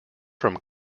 from